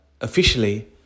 officially